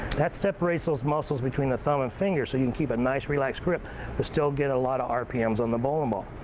that separates those muscles between the thumb and fingers, so you can keep a nice, relaxed grip, but still get a lot of rpms on the bowling ball.